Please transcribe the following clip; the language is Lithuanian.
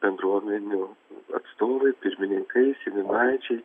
bendruomenių atstovai pirmininkai seniūnaičiai